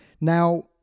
Now